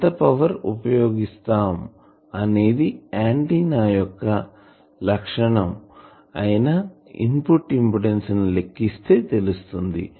ఎంత పవర్ ఉపయోగిస్తాం అనేది ఆంటిన్నా యొక్క లక్షణం అయినా ఇన్పుట్ ఇంపిడెన్సు ను లెక్కిస్తే తెలుస్తుంది